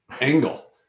angle